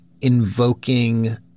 invoking